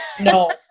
No